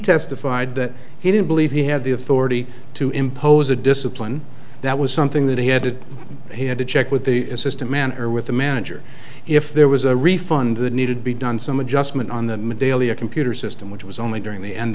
testified that he didn't believe he had the authority to impose a discipline that was something that he had to he had to check with the assistant manager with the manager if there was a refund that needed be done some adjustment on the daily or computer system which was only during the end